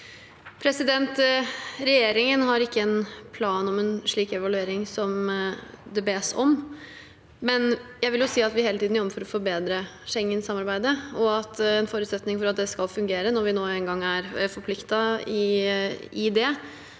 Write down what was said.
Regjeringen har ikke en plan om en slik evaluering som det bes om, men jeg vil si at vi hele tiden jobber for å forbedre Schengensamarbeidet, og at en forutsetning for at det skal fungere, når vi nå engang er forpliktet i det,